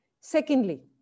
Secondly